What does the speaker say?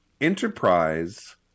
Enterprise